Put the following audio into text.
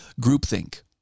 groupthink